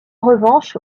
revanche